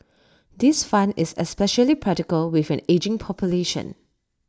this fund is especially practical with an ageing population